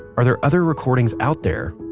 are there other recordings out there?